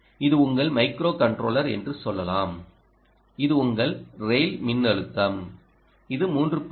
இது உங்கள் மைக்ரோகண்ட்ரோலர் என்று சொல்லலாம் இது உங்கள் ரெய்ல் மின்னழுத்தம் இது 3